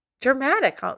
dramatic